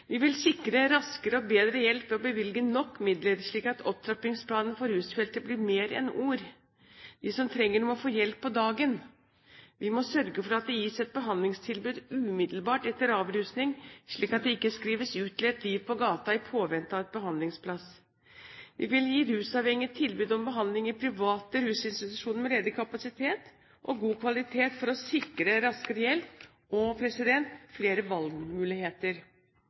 Vi vil sikre raskere og bedre hjelp ved å bevilge nok midler, slik at opptrappingsplanen for rusfeltet blir mer enn ord. De som trenger det, må få hjelp på dagen. Vi må sørge for at det gis et behandlingstilbud umiddelbart etter avrusning, slik at de ikke skrives ut til et liv på gata i påvente av en behandlingsplass. Vi vil gi rusavhengige tilbud om behandling i private rusinstitusjoner med ledig kapasitet og god kvalitet for å sikre raskere hjelp og flere valgmuligheter.